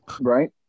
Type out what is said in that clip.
Right